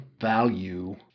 value